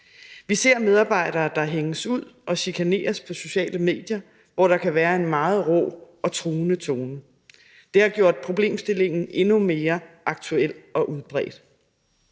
Vi ser medarbejdere, der hænges ud og chikaneres på sociale medier, hvor der kan være en meget rå og truende tone. Det har gjort problemstillingen endnu mere aktuel og udbredt.